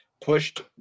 pushed